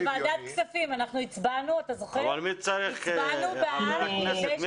-- בוועדת כספים הצבענו בעד כדי -- רחלי צריכה לתת